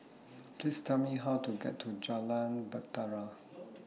Please Tell Me How to get to Jalan Bahtera